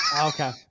okay